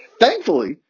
Thankfully